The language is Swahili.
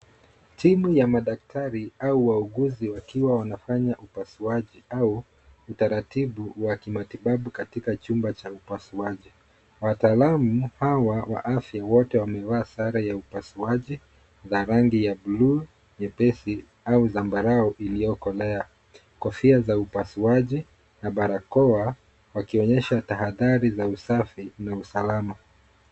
Timu ya madaktari au wauguzi wakiwa wanafanya upasuaji au utaratibu wa kimatibabu katika chumba cha upasuaji. Wataalamu hawa wa afya wote wamevaa sare ya upasuaji na rangi ya bluu nyepesi au zambarau iliyokolea, kofia za upasuaji na barakoa wakionyesha tahadhari za usafi na usalama.